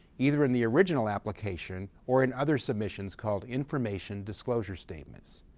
either in the original application or in other submissions called information disclosure statements.